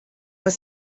were